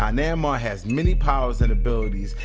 ah namor has many powers and abilities,